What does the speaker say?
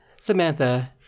Samantha